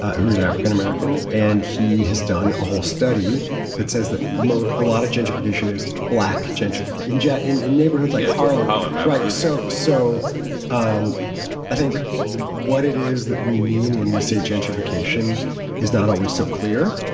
who is african-american, and he has done a whole study that says that most a lot of gentrification is black gentrification yeah in in neighborhoods like harlem, harlem. right. so so um i think what it is that we mean when we say gentrification is not always so clear.